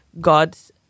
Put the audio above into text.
gods